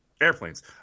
airplanes